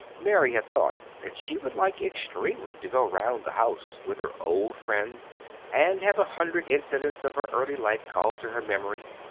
mary had thought that she would like extremely to go round the house with her old friend and have a hundred incidents of her early life called to her memory.